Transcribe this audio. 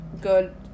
good